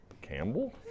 Campbell